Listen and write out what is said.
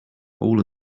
all